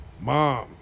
Mom